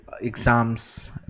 exams